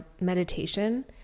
meditation